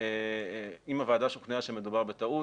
אם הוועדה שוכנעה שמדובר בטעות,